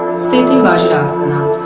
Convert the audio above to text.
sit in vajarasana.